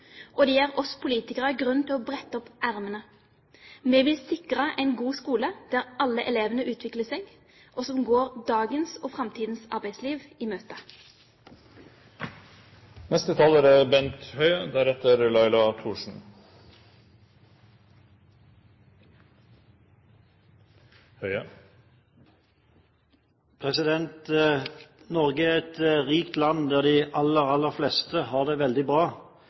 og de gir oss politikere grunn til å brette opp ermene. Vi vil sikre en god skole der alle elevene utvikler seg, og som går dagens og framtidens arbeidsliv i møte. Norge er et rikt land der de aller, aller fleste har det veldig bra.